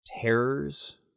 terrors